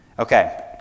Okay